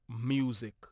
music